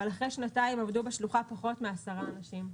אלא שאחרי שנתיים עבדו בשלוחה פחות מעשרה אנשים.